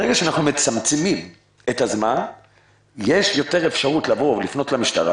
ברגע שאנחנו מצמצמים את הזמן יש יותר אפשרות לבוא ולפנות למשטרה